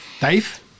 Dave